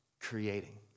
creating